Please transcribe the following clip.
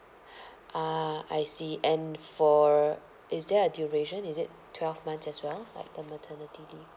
ah I see and for a is there a duration is it twelve months as well like the maternity leave